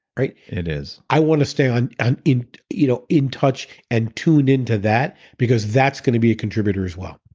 right? it is. i want to stay and in you know in touch and tune into that because that's going to be a contributor as well.